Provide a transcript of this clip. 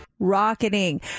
Rocketing